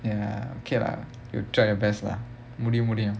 ya okay lah you try your best lah உன்னால முடியும்:unnaala mudiyum